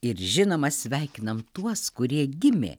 ir žinoma sveikinam tuos kurie gimė